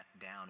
down